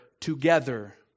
together